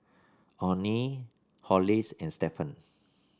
Onnie Hollis and Stephan